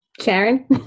Sharon